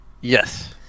yes